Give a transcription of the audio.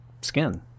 skin